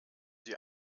sie